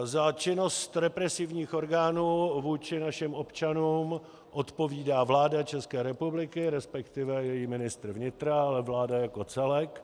Za činnost represivních orgánů vůči našim občanům odpovídá vláda České republiky, respektive její ministr vnitra, ale vláda jako celek.